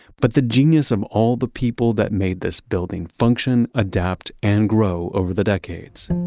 but the genius of all the people that made this building function, adapt and grow over the decades.